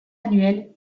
annuel